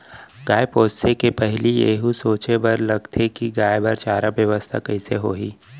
गाय पोसे के पहिली एहू सोचे बर लगथे कि गाय बर चारा बेवस्था कइसे होही